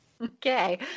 Okay